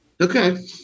Okay